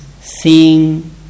seeing